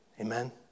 Amen